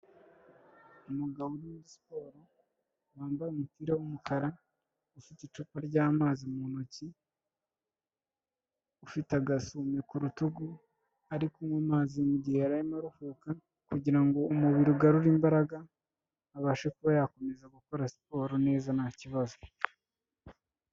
Umugabo uri muri sport wambaye umupira w'umukara ufite icupa ry'amazi muntoki, ufite agasumi ku rutugu ari kunywa amazi mugihe yararimo aruhuka kugira ngo umubiri ugarure imbaraga abashe kuba yakomeza gukora siporo neza nta kibazo.